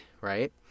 right